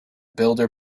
builder